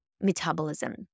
metabolism